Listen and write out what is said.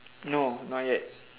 no not yet